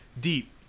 deep